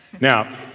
Now